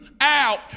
out